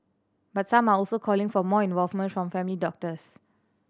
but some are also calling for more involvement from family doctors